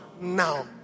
now